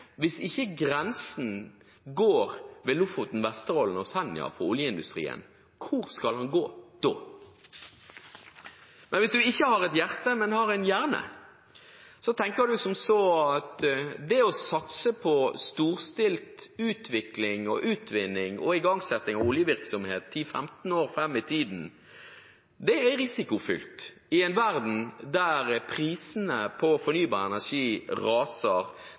Hvis ikke grensen for oljeindustrien går ved Lofoten, Vesterålen og Senja, hvor skal den gå da? Hvis man ikke har et hjerte, men en hjerne, tenker man som så at det å satse på storstilt utvikling, utvinning og igangsetting av oljevirksomhet 10–15 år fram i tid er risikofylt i en verden der prisene på fornybar energi raser,